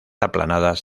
aplanadas